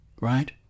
right